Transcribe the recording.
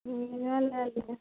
हूँ धियान आइ गेलय